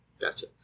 Gotcha